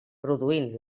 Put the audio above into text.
produint